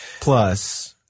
Plus